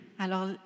Alors